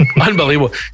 unbelievable